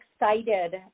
excited